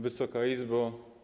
Wysoka Izbo!